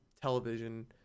television